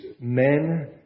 men